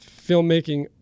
filmmaking